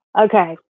okay